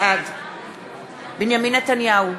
בעד בנימין נתניהו,